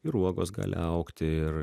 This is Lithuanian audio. ir uogos gali augti ir